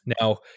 Now